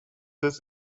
this